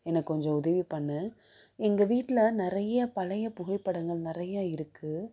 எனக்கு கொஞ்சம் உதவி பண்ணு எங்கள் வீட்டில் நிறைய பழைய புகைப்படங்கள் நிறையா இருக்குது